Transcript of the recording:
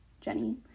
Jenny